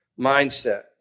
mindset